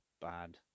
bad